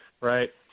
right